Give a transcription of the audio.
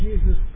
Jesus